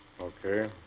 Okay